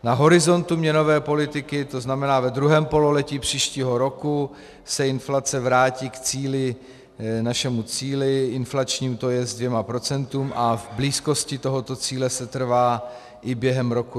Na horizontu měnové politiky, to znamená ve druhém pololetí příštího roku, se inflace vrátí k našemu cíli inflačním, to jest dvěma procentům, a v blízkosti tohoto cíle setrvá i během roku 2020.